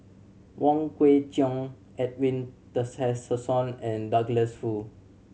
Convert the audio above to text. Wong Kwei Cheong Edwin Tessensohn and Douglas Foo